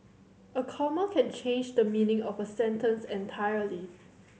a comma can change the meaning of a sentence entirely